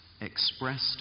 expressed